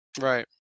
Right